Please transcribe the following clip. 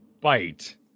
bite